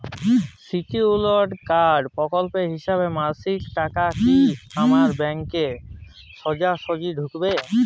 Scheduled caste প্রকল্পের হিসেবে মাসিক টাকা কি আমার ব্যাংকে সোজাসুজি ঢুকবে?